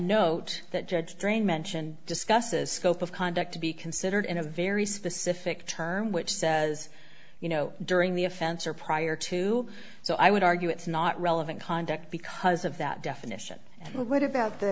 note that judge drain mentioned discusses scope of conduct to be considered in a very specific term which says you know during the offense or prior to so i would argue it's not relevant conduct because of that definition and what about the